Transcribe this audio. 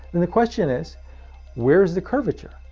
then the question is where is the curvature?